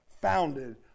founded